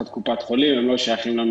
הם לא תחת קופת חולים, הם לא שייכים לממשלה.